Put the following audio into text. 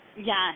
Yes